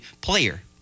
player